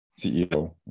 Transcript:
CEO